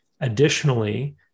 Additionally